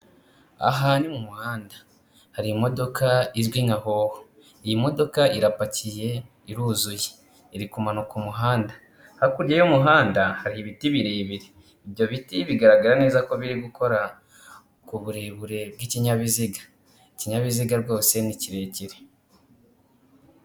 Aha ni mu muhanda hari imodoka izwi nka howo, iyi modoka irapakiye, iruzuye iri kumanuka umuhanda, hakurya y'umuhanda hari ibiti birebire, ibyo biti bigaragara neza ko biri gukora ku burebure bw'ikinyabiziga, ikinyabiziga rwose ni kirekire.